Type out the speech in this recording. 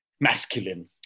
masculine